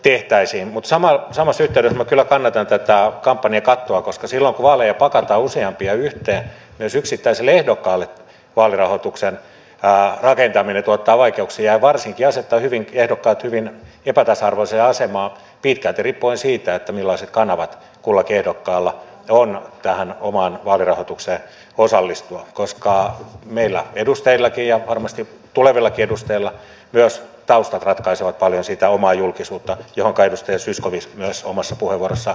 mutta samassa yhteydessä minä kyllä kannatan tätä kampanjakattoa koska silloin kun vaaleja pakataan useampia yhteen myös yksittäiselle ehdokkaalle vaalirahoituksen rakentaminen tuottaa vaikeuksia ja varsinkin asettaa ehdokkaat hyvin epätasa arvoiseen asemaan pitkälti riippuen siitä millaiset kanavat kullakin ehdokkaalla on tähän omaan vaalirahoitukseen osallistua koska meillä edustajillakin ja varmasti tulevillakin edustajilla myös taustat ratkaisevat paljon sitä omaa julkisuutta mihinkä edustaja zyskowicz myös omassa puheenvuorossaan viittasi